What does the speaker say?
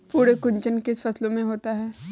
पर्ण कुंचन किन फसलों में होता है?